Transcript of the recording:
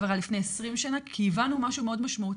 עבירה לפני 20 שנה כי הבנו משהו מאוד משמעותי.